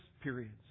periods